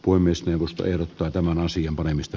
puhemiesneuvosto ehdottaa tämän asian paremmista